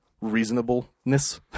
reasonableness